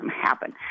happen